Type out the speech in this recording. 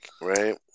right